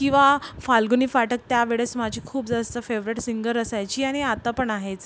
किवा फाल्गुनी फाटक त्यावेळेस माझी खूप जास्त फेवरेट सिंगर असायची आणि आत्ता पण आहेच